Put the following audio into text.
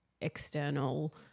external